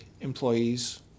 Employees